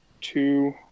two